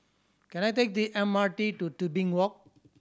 can I take the M R T to Tebing Walk